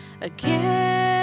Again